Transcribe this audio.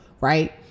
Right